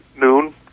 noon